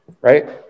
right